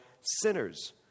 sinners